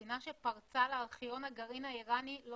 מדינה שפרצה לארכיון הגרעין האיראני לא